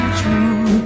true